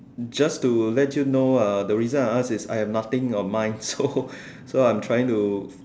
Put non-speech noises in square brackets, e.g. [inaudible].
just to let you know uh the reason I ask is I have nothing of mine so [laughs] so I'm trying to